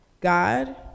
God